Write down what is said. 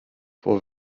vor